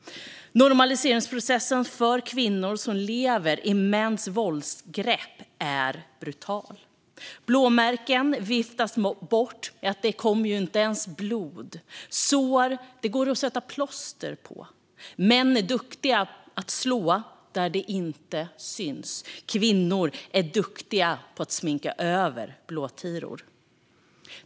Normaliseringsprocessen för kvinnor som lever i mäns våldsgrepp är brutal. Blåmärken viftas bort med att det inte ens kom blod. Sår går det att sätta plåster på. Män är duktiga på att slå där det inte syns. Kvinnor är duktiga på att sminka över blåtiror.